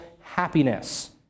happiness